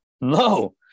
No